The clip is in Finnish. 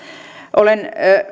olen myöskin